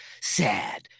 sad